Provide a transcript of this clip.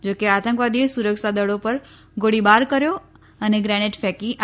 જોકે આતંકવાદીઓએ સુરક્ષાદળો પર ગોળીબાર કર્યો અને ગ્રેનેટ ફેક્યા